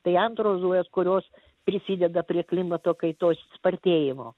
tai antros dujos kurios prisideda prie klimato kaitos spartėjimo